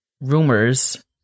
rumors